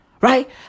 right